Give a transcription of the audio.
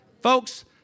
Folks